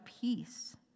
peace